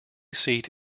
seat